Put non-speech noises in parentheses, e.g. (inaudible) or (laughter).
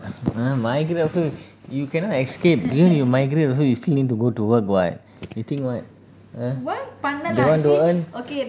!huh! migrate (laughs) you cannot escape because you migrate also you still need to go to work what you think what !huh! don't want to earn